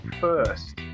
first